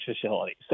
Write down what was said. facilities